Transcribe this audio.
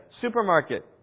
supermarket